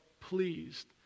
pleased